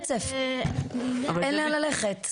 אין לאן ללכת.